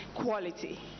quality